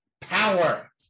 power